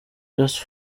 just